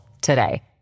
today